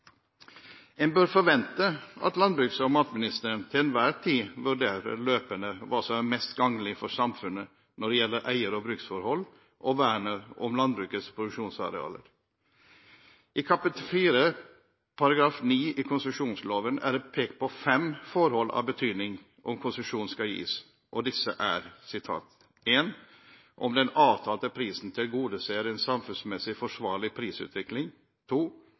En bør forvente at landbruks- og matministeren vurderer løpende hva som er mest gagnlig for samfunnet når det gjelder eier- og bruksforhold og vernet om landbrukets produksjonsarealer. I kapittel 4 § 9 i konsesjonsloven er det pekt på fem forhold av betydning for om konsesjon skal gis. Disse er: om den avtalte prisen tilgodeser en samfunnsmessig forsvarlig prisutvikling